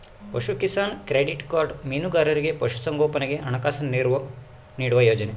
ಪಶುಕಿಸಾನ್ credit card ಮೀನುಗಾರರಿಗೆ ಪಶು ಸಂಗೋಪನೆಗೆ ಹಣಕಾಸಿನ ನೆರವು ನೀಡುವ ಯೋಜನೆ